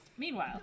Meanwhile